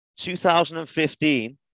2015